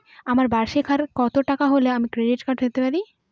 আমার বার্ষিক আয় কত টাকা হলে ক্রেডিট কার্ড পেতে পারি?